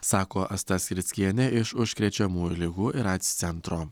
sako asta skrickienė iš užkrečiamųjų ligų ir aids centro